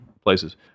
places